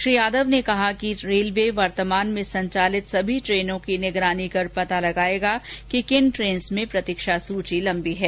श्री यादव ने कहा कि रेलवे वर्तमान में संचालित सभी ट्रेनों की निगरानी कर पता लगायेगा कि किन ट्रेनों में प्रतीक्षा सूची लंबी है